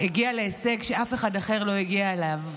הגיע להישג שאף אחד אחר לא הגיע אליו,